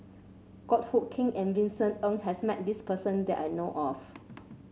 Goh Hood Keng and Vincent Ng has met this person that I know of